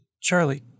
Charlie